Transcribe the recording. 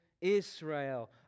Israel